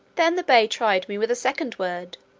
then the bay tried me with a second word,